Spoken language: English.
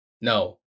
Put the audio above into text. No